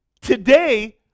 today